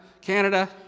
Canada